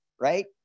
right